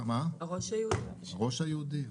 הראש היהודי,